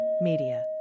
Media